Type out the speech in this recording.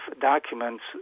documents